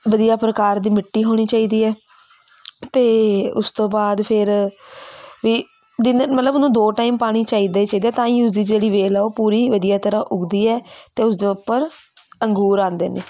ਵਧੀਆ ਪ੍ਰਕਾਰ ਦੀ ਮਿੱਟੀ ਹੋਣੀ ਚਾਹੀਦੀ ਹੈ ਅਤੇ ਉਸ ਤੋਂ ਬਾਅਦ ਫਿਰ ਵੀ ਦਿਨ ਮਤਲਬ ਉਹਨੂੰ ਦੋ ਟਾਈਮ ਪਾਣੀ ਚਾਹੀਦਾ ਹੀ ਚਾਹੀਦੇ ਤਾਂ ਹੀ ਉਹਦੀ ਜਿਹੜੀ ਵੇਲ ਆ ਉਹ ਪੂਰੀ ਵਧੀਆ ਤਰ੍ਹਾਂ ਉੱਗਦੀ ਹੈ ਅਤੇ ਉਸ ਦੇ ਉੱਪਰ ਅੰਗੂਰ ਆਉਂਦੇ ਨੇ